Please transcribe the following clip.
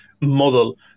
model